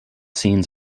scenes